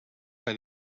que